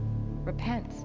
Repent